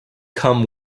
come